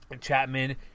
Chapman